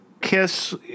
KISS